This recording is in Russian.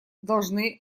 должны